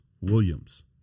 Williams